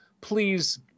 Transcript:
please